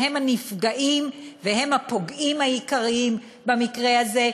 שהם הנפגעים והם הפוגעים העיקריים במקרה הזה,